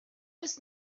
was